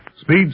Speed